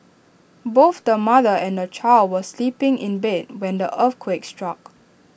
both the mother and the child were sleeping in bed when the earthquake struck